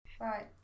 right